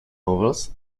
novels